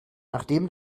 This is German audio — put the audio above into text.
nachdem